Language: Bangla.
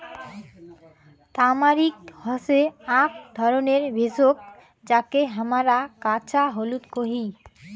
তামারিক হসে আক ধরণের ভেষজ যাকে হামরা কাঁচা হলুদ কোহি